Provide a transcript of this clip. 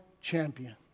champion